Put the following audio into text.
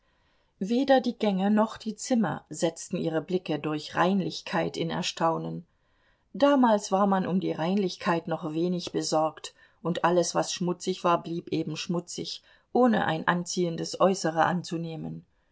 weder die gänge noch die zimmer setzten ihre blicke durch reinlichkeit in erstaunen damals war man um die reinlichkeit noch wenig besorgt und alles was schmutzig war blieb eben schmutzig ohne ein anziehendes äußere anzunehmen